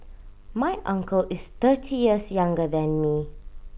my uncle is thirty years younger than me